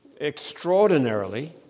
Extraordinarily